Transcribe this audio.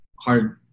hard